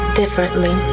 differently